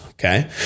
Okay